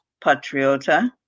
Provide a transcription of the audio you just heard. Patriota